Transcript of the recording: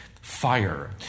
fire